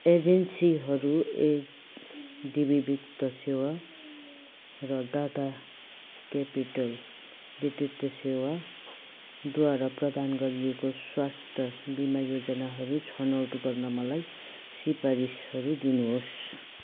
एजेन्सीहरू एचडिबी वित्त सेवा र टाटा क्यापिटल वित्तीय सेवाद्वारा प्रदान गरिएको स्वास्थ्य बिमा योजनाहरू छनौट गर्न मलाई सिफारिसहरू दिनुहोस्